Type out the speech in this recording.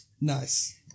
Nice